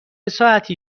ساعتی